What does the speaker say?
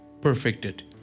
perfected